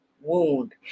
wound